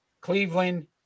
Cleveland